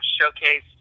showcase